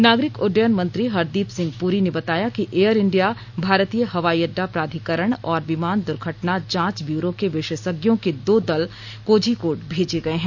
नागरिक उड्डयन मंत्री हरदीप सिंह पुरी ने बताया कि एयर इंडिया भारतीय हवाई अड्डा प्राधिकरण और विमान दुर्घटना जांच ब्यूरो के विशेषज्ञों के दो दल कोझिकोड भेजे गए हैं